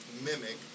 mimic